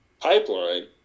Pipeline